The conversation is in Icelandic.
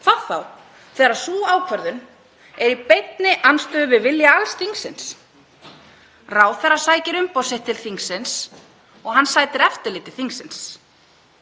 hvað þá þegar sú ákvörðun er í beinni andstöðu við vilja alls þingsins. Ráðherra sækir umboð sitt til þingsins og hann sætir eftirliti þingsins.